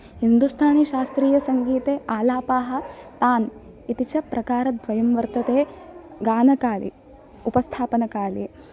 हिन्दुस्थानिशास्त्रीयसङ्गीते आलापाः तान् इति च प्रकारद्वयं वर्तते गानकाले उपस्थापनकाले